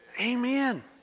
Amen